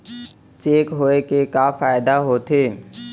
Cheque होए के का फाइदा होथे?